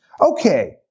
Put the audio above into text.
Okay